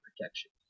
protection